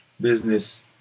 business